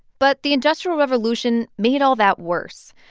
but the industrial revolution made all that worse.